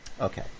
Okay